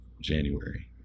January